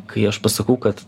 kai aš pasakau kad